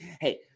hey